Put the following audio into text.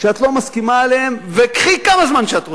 שאת לא מסכימה להם, וקחי כמה זמן שאת רוצה,